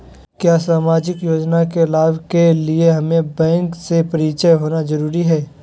क्या सामाजिक योजना के लाभ के लिए हमें बैंक से परिचय होना जरूरी है?